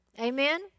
Amen